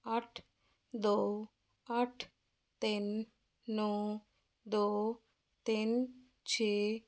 ਅੱਠ ਦੋ ਅੱਠ ਤਿੰਨ ਨੌਂ ਦੋ ਤਿੰਨ ਛੇ